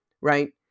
right